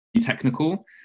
technical